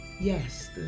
Yes